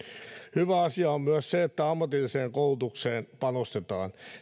hyvä asia on myös se että ammatilliseen koulutukseen panostetaan